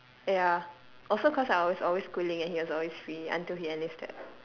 ya also cause I was always schooling and he was always free until he enlisted